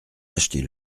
acheter